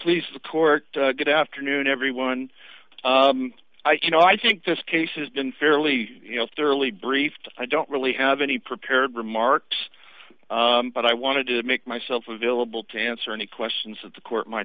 please support good afternoon everyone i know i think this case has been fairly thoroughly briefed i don't really have any prepared remarks but i wanted to make myself available to answer any questions that the court might